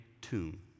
tomb